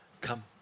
come